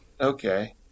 Okay